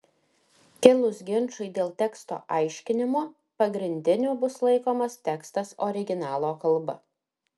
kilus ginčui dėl teksto aiškinimo pagrindiniu bus laikomas tekstas originalo kalba